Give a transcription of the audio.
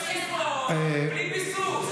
אתה מפזר סיסמאות בלי ביסוס.